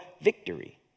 victory